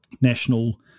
national